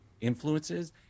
influences